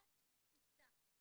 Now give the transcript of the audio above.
תת תפוסה.